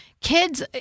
kids